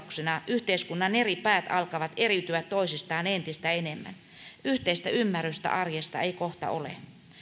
yhteiskunnan eri päät alkavat eriytyä toisistaan entistä enemmän yhteistä ymmärrystä arjesta ei kohta ole